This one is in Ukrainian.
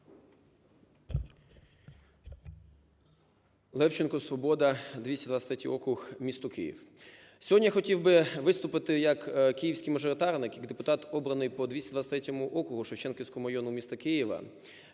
Левченко, "Свобода", 223-й округ, місто Київ. Сьогодні хотів би виступити як київський мажоритарник, як депутат, обраний по 223-у округу в Шевченківському районі міста Києва,